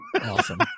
Awesome